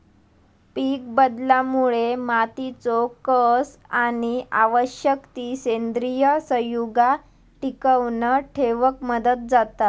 पीकबदलामुळे मातीचो कस आणि आवश्यक ती सेंद्रिय संयुगा टिकवन ठेवक मदत जाता